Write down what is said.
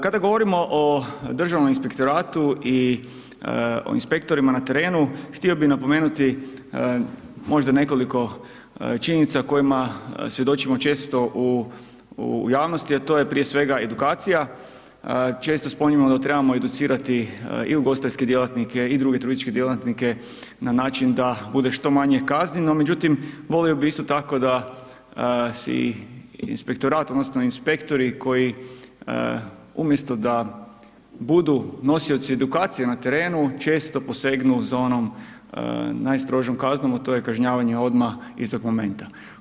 Kada govorimo o Državnom inspektoratu i o inspektorima na terenu, htio bi napomenuti možda nekoliko činjenica kojima svjedočimo često u javnosti a to je prije svega edukacija, često spominjemo da trebamo educirati i ugostiteljske djelatnike i druge turističke djelatnike na način da bude što manje kazni no međutim volio bi isto tako da si inspektorat odnosno inspektori koji umjesto da budu nosioci edukacije na terenu, često posegnu za onom najstrožom kaznom, a to je kažnjavanje odmah iz dokumenta.